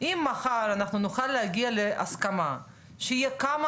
אם מחר אנחנו נוכל להגיע להסכמה שיהיו כמה